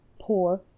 poor